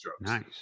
Nice